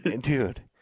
Dude